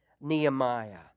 Nehemiah